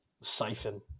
siphon